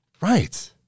Right